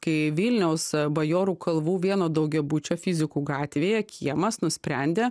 kai vilniaus bajorų kalvų vieno daugiabučio fizikų gatvėje kiemas nusprendė